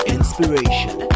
Inspiration